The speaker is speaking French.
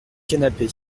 canapé